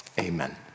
amen